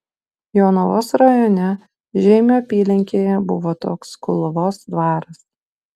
jonavos rajone žeimio apylinkėje buvo toks kulvos dvaras